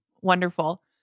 wonderful